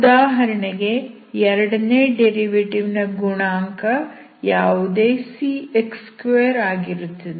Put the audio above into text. ಉದಾಹರಣೆಗೆ ಎರಡನೇ ಡೆರಿವೆಟಿವ್ ನ ಗುಣಾಂಕ ಯಾವುದೇ cx2 ಆಗಿರುತ್ತದೆ